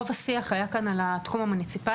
רוב השיח היה כאן על התחום המוניציפלי,